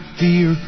fear